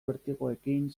bertigoekin